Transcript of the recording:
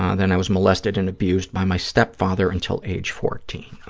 ah then i was molested and abused by my stepfather until age fourteen. oh,